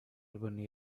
urban